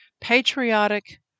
patriotic